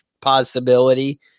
possibility